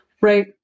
Right